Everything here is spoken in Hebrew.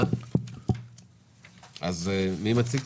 מי מציג?